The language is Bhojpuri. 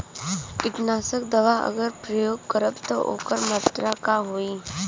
कीटनाशक दवा अगर प्रयोग करब त ओकर मात्रा का होई?